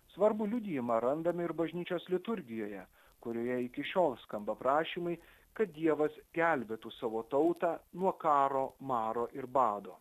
svarbų liudijimą randame ir bažnyčios liturgijoje kurioje iki šiol skamba prašymai kad dievas gelbėtų savo tautą nuo karo maro ir bado